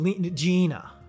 gina